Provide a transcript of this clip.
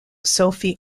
sophie